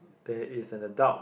there is an adult